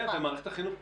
כן, ומערכת החינוך פתוחה.